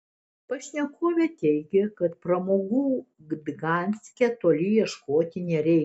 pašnekovė teigė kad pramogų gdanske toli ieškoti nereikia